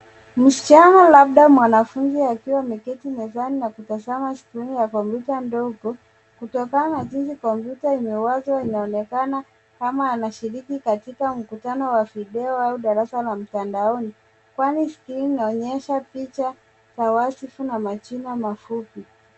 Msichana labda mwanafunzi akiwa ameketi mezani na kutazama skrini ya kompyuta ndogo. Kutokana na jinsi kompyuta imewashwa inaonekana kama anashiriki katika mkutano wa video au darasa la mtandaoni kwani skrini inaonyesha picha ya wazi tu na majina mafupi.